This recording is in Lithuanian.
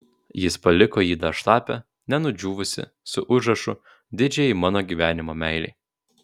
jis paliko jį dar šlapią nenudžiūvusį su užrašu didžiajai mano gyvenimo meilei